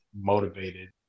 motivated